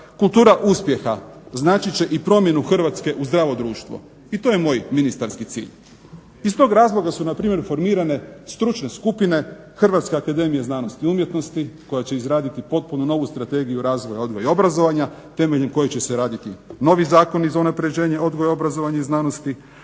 kultura uspjeha značit će i promjenu Hrvatske u zdravo društvo. I to je moj ministarski cilj. Iz tog razloga su npr. formirane stručne skupine HAZU-a koja će izraditi potpuno novu Strategiju razvoja odgoja i obrazovanja temeljem koje će se raditi novi zakoni za unapređenje odgoja, obrazovanja i znanosti,